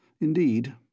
Indeed